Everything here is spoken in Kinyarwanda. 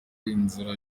inzira